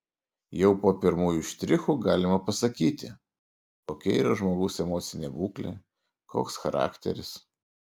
jau po pirmųjų štrichų galima pasakyti kokia yra žmogaus emocinė būklė koks charakteris